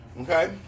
okay